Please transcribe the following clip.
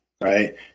right